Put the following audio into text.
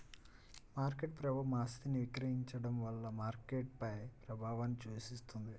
market ప్రభావం ఆస్తిని విక్రయించడం వల్ల మార్కెట్పై ప్రభావాన్ని సూచిస్తుంది